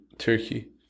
turkey